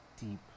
Deep